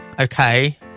okay